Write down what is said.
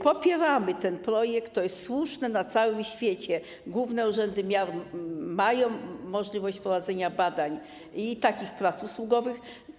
Popieramy ten projekt, to jest słuszne, na całym świecie główne urzędy miar mają możliwość prowadzenia badań i prac usługowych.